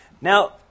Now